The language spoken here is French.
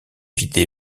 vidé